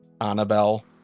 Annabelle